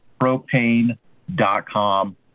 propane.com